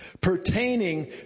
pertaining